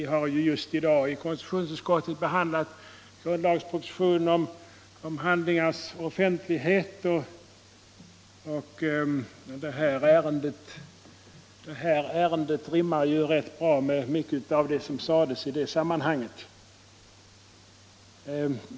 Just i dag har vi i konstitutionsutskottet behandlat grundlagspropositionen om handlingars offentlighet, och dagens fråga har nära anknytning till vad som sades i det sammanhanget.